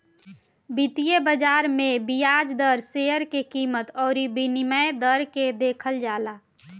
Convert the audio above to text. वित्तीय बाजार में बियाज दर, शेयर के कीमत अउरी विनिमय दर के देखल जाला